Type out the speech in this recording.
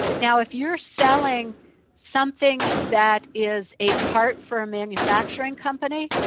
now, if you're selling something that is a part for a manufacturing company,